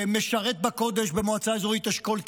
שמשרת בקודש במועצה האזורית אשכול,